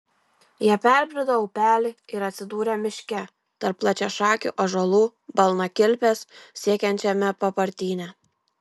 jie perbrido upelį ir atsidūrė miške tarp plačiašakių ąžuolų balnakilpes siekiančiame papartyne